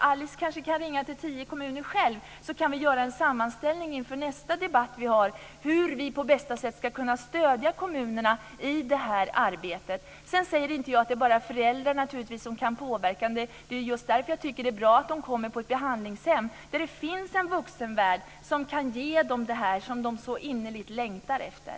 Alice kan kanske själv ringa till tio kommuner, så kan vi till nästa debatt göra en sammanställning om hur vi på bästa sätt ska kunna stödja kommunerna i det här arbetet. Jag menar inte att det bara är föräldrarna som kan påverka ungdomarna. Det är just därför som jag tycker att det är bra att de kommer till ett behandlingshem, där det finns en vuxenvärld som kan ge dem det som de så innerligt längtar efter.